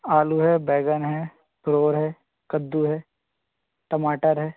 आलू है बैंगन है फ्लोर है कद्दू है टमाटर है